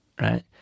right